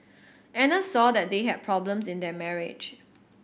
Anna saw that they had problems in their marriage